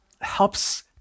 helps